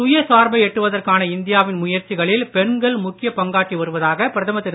சுய சார்பை எட்டுவதற்கான இந்தியாவின் முயற்சிகளில் பெண்கள் முக்கிய பங்காற்றி வருவதாக பிரதமர் திரு